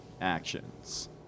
actions